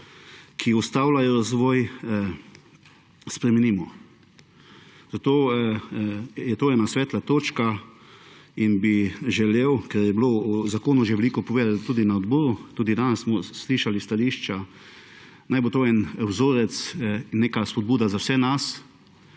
in ustavljajo razvoj. Zato je to ena svetla točka. In ker je bilo o zakonu že veliko povedano tudi na odboru, tudi danes smo slišali stališča, naj bo to en vzorec, neka spodbuda za vse nas,